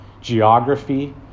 geography